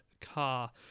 car